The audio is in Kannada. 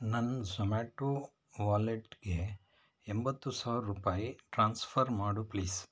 ನನ್ನ ಝೊಮ್ಯಾಟೊ ವಾಲೆಟ್ಗೆ ಎಂಬತ್ತು ಸಾವಿರ ರೂಪಾಯಿ ಟ್ರಾನ್ಸ್ಫರ್ ಮಾಡು ಪ್ಲೀಸ್